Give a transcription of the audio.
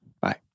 Bye